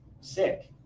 sick